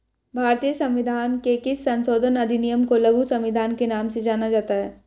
भारतीय संविधान के किस संशोधन अधिनियम को लघु संविधान के नाम से जाना जाता है?